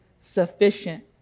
sufficient